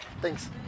Thanks